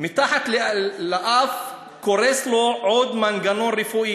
מתחת לאף קורס לו עוד מנגנון רפואי: